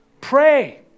pray